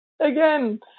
Again